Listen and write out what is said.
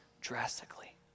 drastically